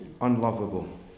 unlovable